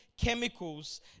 chemicals